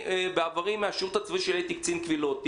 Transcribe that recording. בעבר בשירות הצבאי שלי הייתי קצין קבילות חיילים,